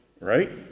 right